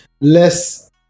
less